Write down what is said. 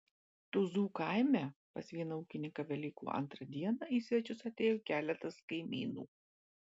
tuzų kaime pas vieną ūkininką velykų antrą dieną į svečius atėjo keletas kaimynų